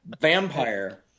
vampire